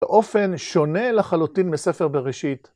באופן שונה לחלוטין מספר בראשית.